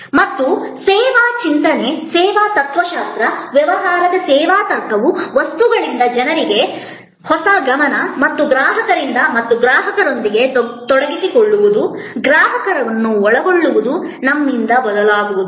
ಮತ್ತು ಸೇವಾ ಚಿಂತನೆ ಸೇವಾ ತತ್ವಶಾಸ್ತ್ರ ವ್ಯವಹಾರದ ಸೇವಾ ತರ್ಕವು ವಸ್ತುಗಳಿಂದ ಜನರಿಗೆ ಹೊಸ ಗಮನ ಮತ್ತು ಗ್ರಾಹಕರಿಂದ ಮತ್ತು ಗ್ರಾಹಕರೊಂದಿಗೆ ತೊಡಗಿಸಿಕೊಳ್ಳುವುದು ಗ್ರಾಹಕರನ್ನು ಒಳಗೊಳ್ಳುವುದು ನಮ್ಮಿಂದ ಬದಲಾಗುವುದು